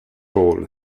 hall